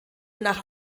nach